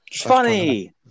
Funny